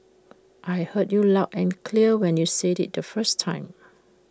I heard you loud and clear when you said IT the first time